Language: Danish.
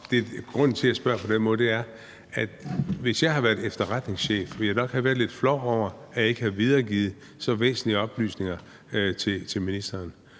grunden til, at jeg spørger på den måde, er, at jeg, hvis jeg havde været efterretningschef, nok ville have været lidt flov over, at jeg ikke havde videregivet så væsentlige oplysninger til ministeren.